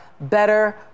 better